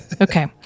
Okay